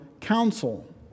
counsel